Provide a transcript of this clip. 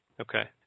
Okay